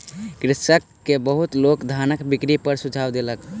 कृषक के बहुत लोक धानक बिक्री पर सुझाव देलक